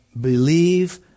believe